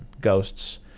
ghosts